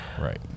right